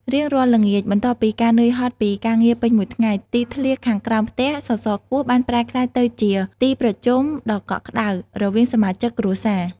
រៀងរាល់ល្ងាច បន្ទាប់ពីការនឿយហត់ពីការងារពេញមួយថ្ងៃ ទីធ្លាខាងក្រោមផ្ទះសសរខ្ពស់បានប្រែក្លាយទៅជាទីប្រជុំដ៏កក់ក្តៅ រវាងសមាជិកគ្រួសារ។